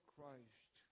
Christ